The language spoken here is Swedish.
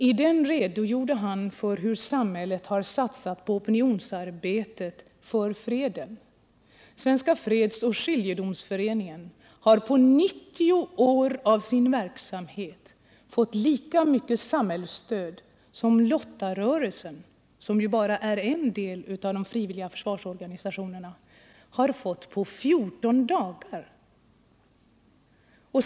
I den redogjorde han för hur samhället har satsat på opinionsarbetet för freden. Svenska fredsoch skiljedomsföreningen har under 90 år av sin verksamhet fått lika mycket samhällsstöd som lottarörelsen — som ju bara är en del av de frivilliga försvarsorganisationerna — har fått på 14 dagar!